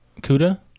Cuda